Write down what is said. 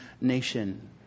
nation